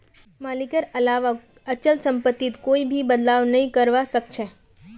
मालिकेर अलावा अचल सम्पत्तित कोई भी बदलाव नइ करवा सख छ